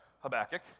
Habakkuk